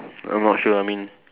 I'm not sure I mean